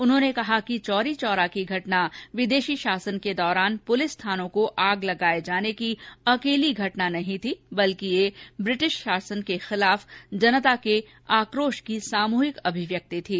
उन्होंने कहा कि चौरी चौरा की घटना विदेशी शासन के दौरान पुलिस थानों को आग लगाए जाने की अकेली घटना नहीं थी बल्कि यह व्रिटिश शासन के खिलाफ जनता के आक्रोश की सामूहिक अभिव्यक्ति थी